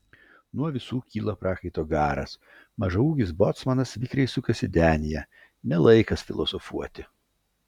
nuo visų kyla prakaito garas mažaūgis bocmanas vikriai sukasi denyje ne laikas filosofuoti